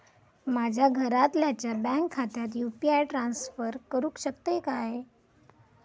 माझ्या घरातल्याच्या बँक खात्यात यू.पी.आय ट्रान्स्फर करुक शकतय काय?